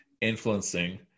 influencing